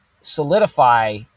solidify